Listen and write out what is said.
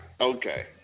Okay